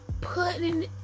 putting